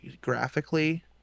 graphically